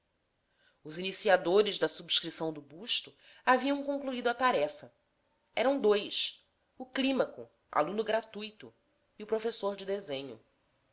os iniciadores da subscrição do busto haviam concluído a tarefa eram dois o clímaco aluno gratuito e o professor de desenho